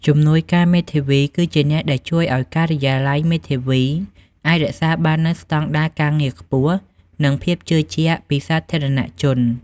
ជំនួយការមេធាវីគឺជាអ្នកដែលជួយឱ្យការិយាល័យមេធាវីអាចរក្សាបាននូវស្តង់ដារការងារខ្ពស់ និងភាពជឿជាក់ពីសាធារណជន។